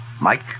Mike